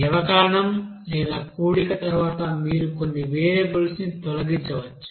వ్యవకలనం లేదా కూడిక తర్వాత మీరు కొన్ని వేరియబుల్స్ని తొలగించవచ్చు